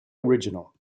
original